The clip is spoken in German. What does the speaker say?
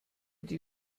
die